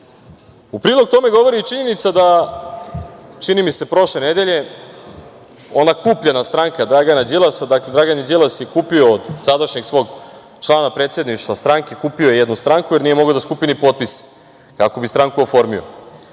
prilog tome govori i činjenica da, čini mi se prošle nedelje, ona kupljena stranka Dragana Đilasa, dakle Dragan Đilas je kupio od svog sadašnjeg člana predsedništva stranke, kupio je jednu stranku, jer nije mogao da skupi ni potpis kako bi stranku oformio.